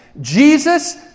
Jesus